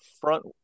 front